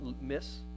miss